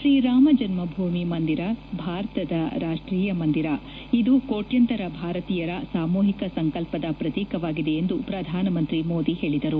ಶ್ರೀರಾಮ ಜನ್ಮಭೂಮಿ ಮಂದಿರ ಭಾರತದ ರಾಷ್ಟೀಯ ಮಂದಿರ ಇದು ಕೋಟ್ಯಾಂತರ ಭಾರತೀಯರ ಸಾಮೂಹಿಕ ಸಂಕಲ್ಪದ ಪ್ರತೀಕವಾಗಿದೆ ಎಂದು ಪ್ರಧಾನಮಂತ್ರಿ ಮೋದಿ ಹೇಳಿದರು